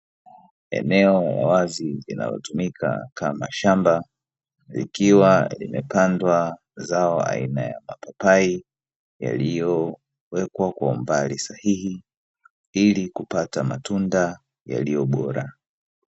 Eneo la wazi linalotumika kama shamba, likiwa limepandwa zao aina ya mapapai yaliyowekwa kwa umbali sahihi ili kupata matunda yaliyo bora.